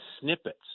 snippets